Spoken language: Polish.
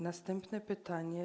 Następne pytanie.